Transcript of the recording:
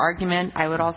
argument i would also